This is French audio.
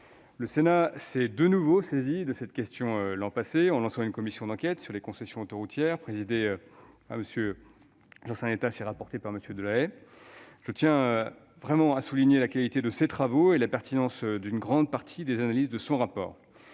Le Sénat s'est de nouveau saisi de cette question l'an passé en lançant une commission d'enquête sur les concessions autoroutières, dont M. Jeansannetas était président et M. Delahaye rapporteur. Je tiens à souligner la qualité de ses travaux et la pertinence d'une grande partie des analyses de son rapport.